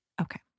Okay